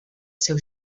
seu